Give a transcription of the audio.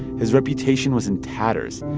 his reputation was in tatters.